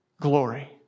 glory